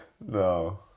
no